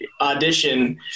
audition